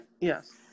Yes